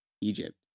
egypt